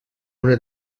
una